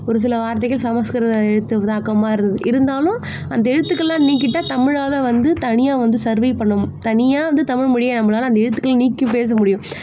ஒரு சில வார்த்தைகள் சமஸ்கிருதம் எழுத்து தாக்கிற மாதிரி இருந் இருந்தாலும் அந்த எழுத்துக்களெல்லாம் நீக்கிவிட்டா தமிழால் வந்து தனியாக வந்து சர்வே பண்ணும் தனியாக வந்து தமிழ்மொழியை நம்மளால அந்த எழுத்துக்களை நீக்கி பேச முடியும்